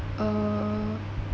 uh